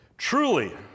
Truly